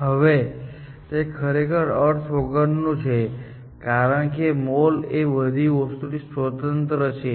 હવે તે ખરેખર અર્થ વગરનું છે કારણ કે મોલ એ બધી વસ્તુ થી સ્વતંત્ર છે